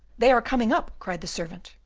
they are coming up! cried the servant.